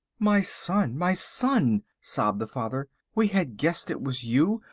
my son, my son, sobbed the father, we had guessed it was you.